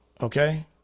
Okay